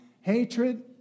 hatred